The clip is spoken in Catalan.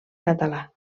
català